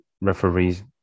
referees